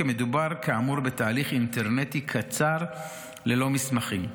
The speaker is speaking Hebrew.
כי מדובר כאמור בתהליך אינטרנטי קצר ללא מסמכים.